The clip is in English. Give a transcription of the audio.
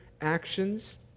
actions